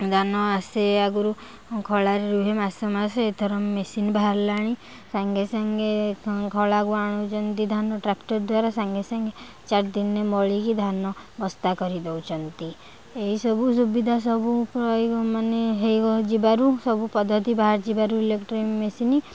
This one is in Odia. ଧାନ ଆସେ ଆଗୁରୁ ଖଳାରେ ରୁହେ ମାସେ ମାସେ ଏଥର ମିସିନ୍ ବାହାରିଲାଣି ସାଙ୍ଗେ ସାଙ୍ଗେ ଖଳାକୁ ଆଣୁଛନ୍ତି ଧାନ ଟ୍ରାକ୍ଟର ଦ୍ଵାରା ସାଙ୍ଗେ ସାଙ୍ଗେ ଚାରି ଦିନରେ ମଳିକି ଧାନ ବସ୍ତା କରି ଦେଉଛନ୍ତି ଏସବୁ ସୁବିଧା ସବୁ ରହି ମାନେ ହେଇ ଯିବାରୁ ସବୁ ପଦ୍ଧତି ବାହାରି ଯିବାରୁ ଇଲେକ୍ଟ୍ରି ମେସିନ୍